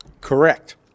Correct